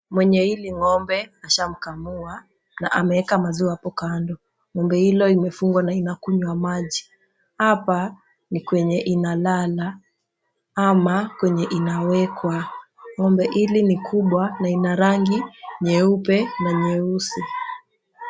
Mwenye hili ng'ombe ashamkamua na ameweka maziwa hapo kando, ng'ombe hili imefungwa na inakunywa maji. Hapa ni kwenye analala ama kwenye anawekwa. Ng'ombe hili ni kubwa, ina rangi nyeupe na nyeusi.